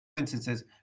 Instances